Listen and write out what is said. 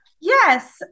Yes